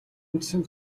үндсэн